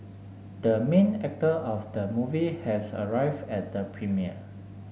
the main actor of the movie has arrived at the premiere